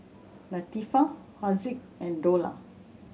Latifa Haziq and Dollah